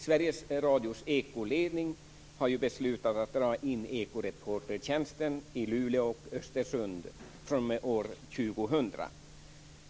Sveriges Radios Ekoledning har ju beslutat att dra in Ekoreportertjänsten i Luleå och Östersund fr.o.m. år 2000.